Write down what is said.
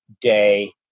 day